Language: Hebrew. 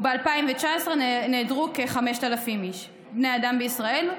וב-2019 נעדרו כ-5,000 בני אדם בישראל.